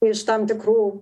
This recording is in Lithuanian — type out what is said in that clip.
iš tam tikrų